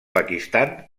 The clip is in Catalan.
pakistan